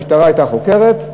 המשטרה חוקרת,